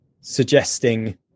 suggesting